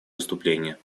выступления